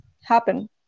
happen